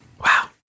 Wow